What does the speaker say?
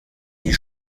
die